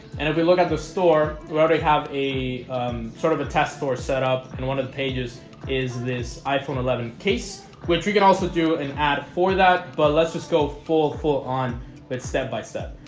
and if we look at the store where they have a sort of a test score set up and one of the pages is this iphone eleven case which we can also do an ad for that but let's just go full full on but step by step.